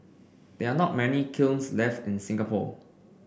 there are not many kilns left in Singapore